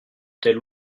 telle